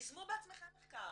תיזמו בעצמכם מחקר.